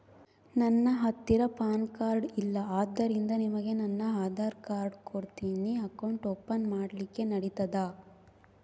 ನನ್ನ ಹತ್ತಿರ pan card ಇಲ್ಲ ಆದ್ದರಿಂದ ನಿಮಗೆ ನನ್ನ ಆಧಾರ್ ಕಾರ್ಡ್ ಕೊಡ್ತೇನಿ ಅಕೌಂಟ್ ಓಪನ್ ಮಾಡ್ಲಿಕ್ಕೆ ನಡಿತದಾ?